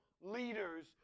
leaders